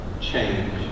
change